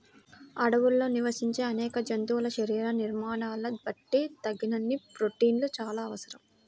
అడవుల్లో నివసించే అనేక జంతువుల శరీర నిర్మాణాలను బట్టి తగినన్ని ప్రోటీన్లు చాలా అవసరం